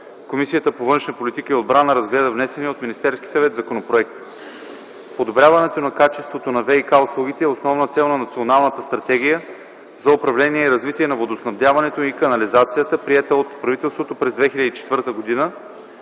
Комисията по външна политика и отбрана разгледа внесения от Министерския съвет законопроект. Подобряването на качеството на ВиК услугите е основна цел на Националната стратегия за управление и развитие на водоснабдяването и канализацията, приета от правителството през 2004 г.